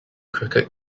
cricket